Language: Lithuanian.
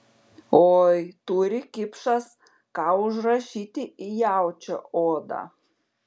oi turi kipšas ką užrašyti į jaučio odą